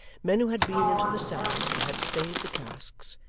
men who had been into the cellars, and had staved the casks,